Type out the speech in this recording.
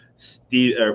Steve